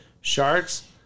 Sharks